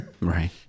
right